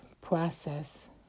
process